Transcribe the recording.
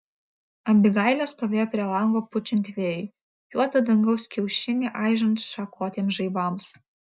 abigailė stovėjo prie lango pučiant vėjui juodą dangaus kiaušinį aižant šakotiems žaibams